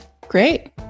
Great